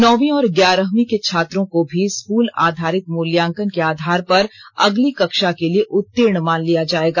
नौवीं और ग्यारहवीं के छात्रों को भी स्कूल आधारित मूल्यांकन के आधार पर अगली कक्षा के लिए उतीर्ण मान लिया जाएगा